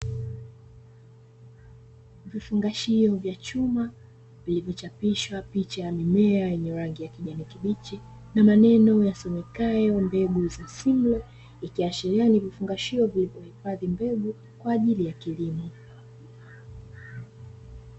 Vifungashio vya chuma vilivyochapishwa picha ya mimea yenye rangi ya kijani kibichi na maneno yasomekayo mbegu za sili ikiashiria ni vifungashio vilivyo hifadhi mbegu kwa ajili ya kilimo.